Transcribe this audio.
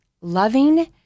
loving